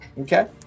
Okay